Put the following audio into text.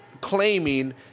claiming